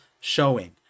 showing